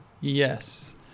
yes